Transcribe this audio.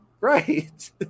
Right